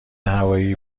هوایی